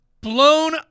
blown